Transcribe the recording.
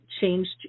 changed